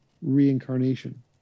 reincarnation